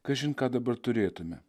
kažin ką dabar turėtume